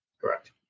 correct